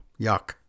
yuck